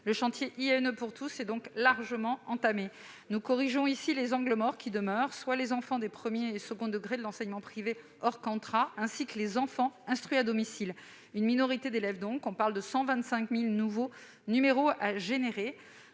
Le chantier INE pour tous est donc largement entamé. Nous corrigeons ici les angles morts qui demeurent, soit les enfants des premier et second degrés de l'enseignement privé hors contrat, ainsi que les enfants instruits à domicile. Il s'agit donc d'une minorité d'élèves : on parle de 125 000 nouveaux numéros à créer.